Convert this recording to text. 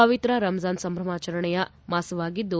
ಪವಿತ್ರ ರಂಜಾನ್ ಸಂಭ್ರಮಾಚರಣೆಯ ಮಾಸವಾಗಿದ್ದು